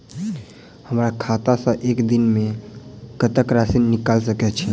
हमरा खाता सऽ एक दिन मे कतेक राशि निकाइल सकै छी